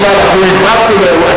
תשמע, אנחנו עברתנו.